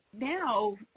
now